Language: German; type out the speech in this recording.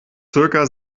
zirka